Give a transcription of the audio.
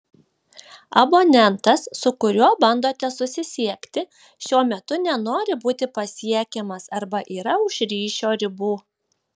abonentas su kuriuo bandote susisiekti šiuo metu nenori būti pasiekiamas arba yra už ryšio ribų